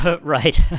Right